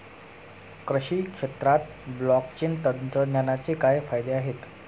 कृषी क्षेत्रात ब्लॉकचेन तंत्रज्ञानाचे काय फायदे आहेत?